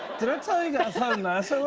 did i tell you guys how nice so